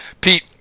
Pete